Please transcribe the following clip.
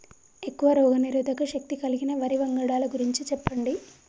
ఎక్కువ రోగనిరోధక శక్తి కలిగిన వరి వంగడాల గురించి చెప్పండి?